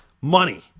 money